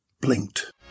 blinked